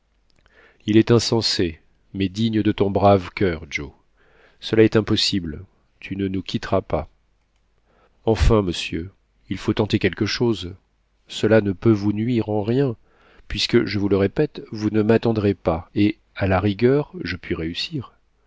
il est insensé mais digne de ton brave cur joe cela est impossible tu ne nous quitteras pas enfin monsieur il faut tenter quelque chose cela ne peut vous nuire en rien puisque je vous le répète vous ne m'attendrez pas et à la rigueur je puis réussir